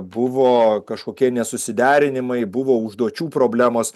buvo kažkokie nesusiderinimai buvo užduočių problemos